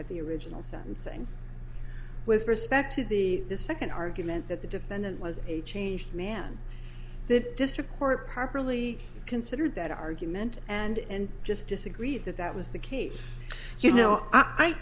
at the original sentencing with respect to the the second argument that the defendant was a changed man the district court properly considered that argument and just disagreed that that was the case you know i